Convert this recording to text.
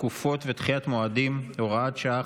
חוק הארכת תקופות ודחיית מועדים (הוראת שעה,